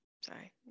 sorry